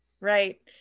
Right